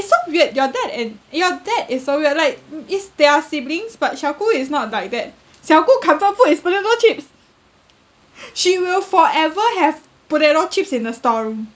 it's so weird your dad and your dad is so weird like is they are siblings but xiao gu is not like that xiao gu comfort food is potato chips she will forever have potato chips in the storeroom